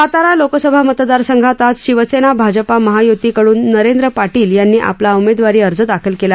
सातारा लोकसभा मतदारसंघात आज शिवसेना भाजप महायुतीकडून नरेंद्र पाटील यांनी आपला उमेदवारी अर्ज दाखल केला